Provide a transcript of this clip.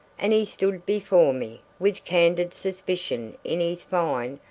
and he stood before me, with candid suspicion in his fine,